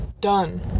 Done